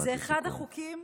זה אחד החוקים,